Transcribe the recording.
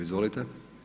Izvolite.